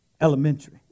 elementary